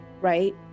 right